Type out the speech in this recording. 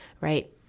right